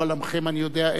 אני יודע איזה אסון